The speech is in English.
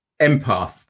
empath